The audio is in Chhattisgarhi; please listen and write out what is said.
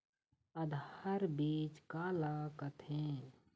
आधार बीज का ला कथें?